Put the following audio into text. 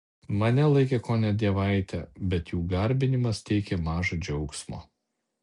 mane laikė kone dievaite bet jų garbinimas teikė maža džiaugsmo